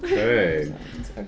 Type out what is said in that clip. Okay